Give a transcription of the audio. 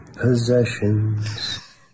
possessions